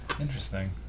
Interesting